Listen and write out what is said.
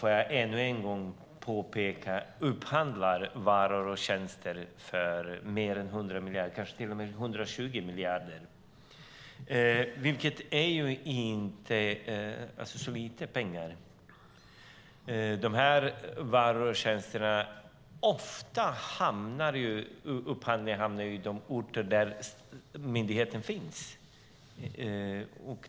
Jag får ännu en gång påpeka att staten upphandlar varor och tjänster för mer än 100 miljarder, kanske till och med 120 miljarder, vilket inte är pengar. De här varorna, tjänsterna och upphandlingarna hamnar ofta på de orter där myndigheten finns.